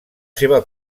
seva